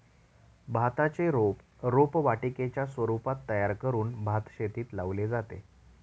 भाताचे रोप रोपवाटिकेच्या स्वरूपात तयार करून भातशेतीत लावले जाते